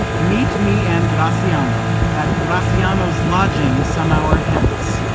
meet me and gratiano at gratiano's lodging some hour hence.